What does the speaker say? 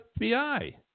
FBI